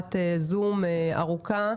שיחת זום ארוכה,